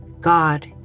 God